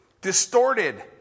distorted